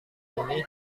ini